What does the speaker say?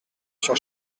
sur